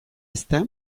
ezta